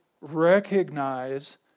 recognize